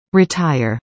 retire